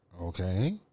Okay